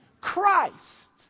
Christ